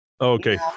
Okay